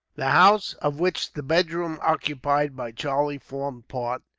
the house, of which the bedroom occupied by charlie formed part,